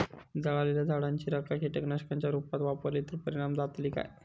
जळालेल्या झाडाची रखा कीटकनाशकांच्या रुपात वापरली तर परिणाम जातली काय?